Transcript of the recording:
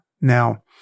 Now